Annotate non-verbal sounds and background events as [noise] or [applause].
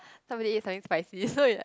somebody eat something spicy so it like [laughs]